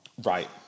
Right